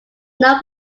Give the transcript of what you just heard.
known